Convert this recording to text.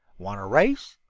want to race?